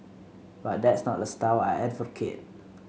but that's not a style I advocate